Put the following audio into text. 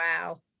Wow